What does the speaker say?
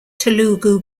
telugu